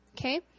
Okay